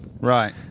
Right